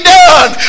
done